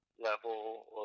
Level